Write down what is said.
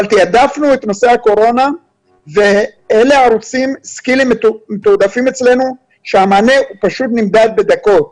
תעדפנו את נושא הקורונה ואל הערוצים מתועדפים אצלנו והמענה נמדד בדקות.